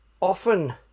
often